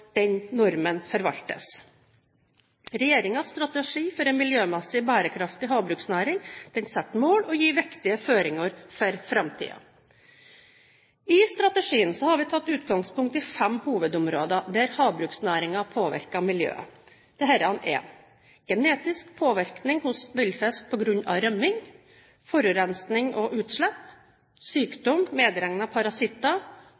normen forvaltes. Regjeringens strategi for en miljømessig bærekraftig havbruksnæring setter mål og gir viktige føringer for framtiden. I strategien har vi tatt utgangspunkt i fem hovedområder der havbruksnæringen påvirker miljøet. Disse er: genetisk påvirkning hos villfisk på grunn av rømming forurensning og utslipp